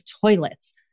toilets